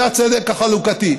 זה הצדק החלוקתי.